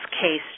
case